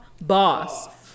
Boss